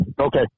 Okay